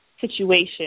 situation